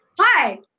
hi